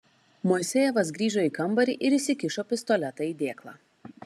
moisejevas grįžo į kambarį ir įsikišo pistoletą į dėklą